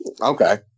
Okay